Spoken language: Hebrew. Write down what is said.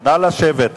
נא לשבת.